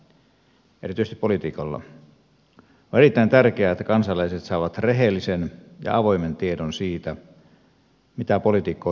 on erittäin tärkeää että kansalaiset saavat rehellisen ja avoimen tiedon siitä mitä poliitikko oikein ajaa toiminnassaan takaa